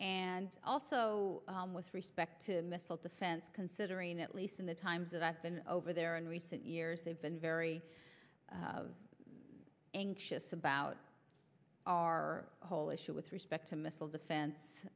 and also with respect to missile defense considering at least in the times that i've been over there in recent years they've been very anxious about our whole issue with respect to missile